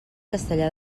castellar